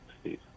Steve